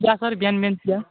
चिया सर बिहान बिहान चिया